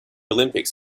olympics